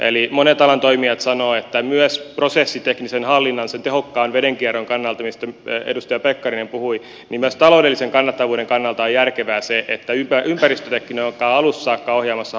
eli monet alan toimijat sanovat että myös prosessiteknisen hallinnan sen tehokkaan vedenkierron kannalta mistä edustaja pekkarinen puhui myös taloudellisen kannattavuuden kannalta on järkevää se että ympäristötekniikka on alusta saakka ohjaamassa hankkeen suunnittelua